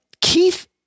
keith